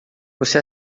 você